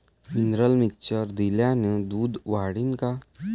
Mineral mixture दिल्यानं दूध वाढीनं का?